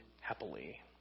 happily